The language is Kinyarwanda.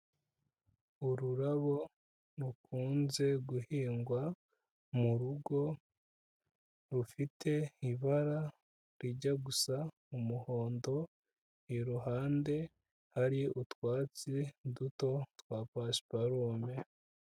Ururabo rukunze guhingwa mu rugo, rufite ibara rijya gusa umuhondo, iruhande hari utwatsi duto twa pasiparume.